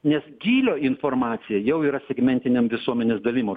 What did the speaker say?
nes gylio informacija jau yra segmentiniam visuomenės davimo